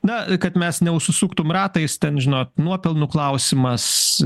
na kad mes neužsusuktum ratais ten žinot nuopelnų klausimas